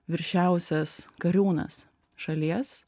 viršiausias kariūnas šalies